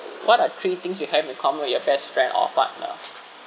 what are three things you have in common with your best friend or partner